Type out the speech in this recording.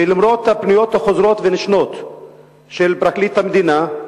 ולמרות כל הפניות החוזרות ונשנות של פרקליט המדינה,